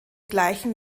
gleichen